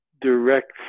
direct